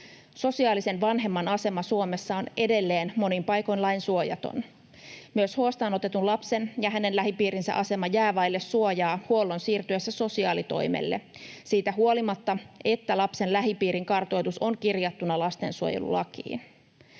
Sosiaalisen vanhemman asema Suomessa on edelleen monin paikoin lainsuojaton. Myös huostaanotetun lapsen ja hänen lähipiirinsä asema jää vaille suojaa huollon siirtyessä sosiaalitoimelle siitä huolimatta, että lapsen lähipiirin kartoitus on kirjattuna lastensuojelulakiin.